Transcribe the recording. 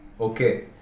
Okay